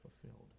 fulfilled